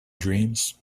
dreams